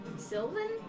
Sylvan